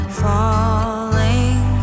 falling